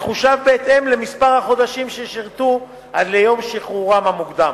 מחושב בהתאם למספר החודשים ששירתו עד ליום שחרורם המוקדם.